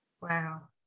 Wow